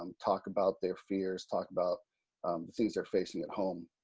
um talk about their fears, talk about the things they're facing at home.